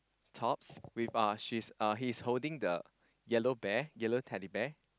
tops with uh she's uh he's holding the yellow bear yellow Teddy Bear